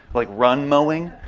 like run mowing,